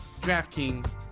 DraftKings